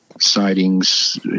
sightings